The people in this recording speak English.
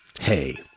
hey